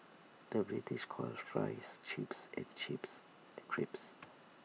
the British calls Fries Chips and Chips Crisps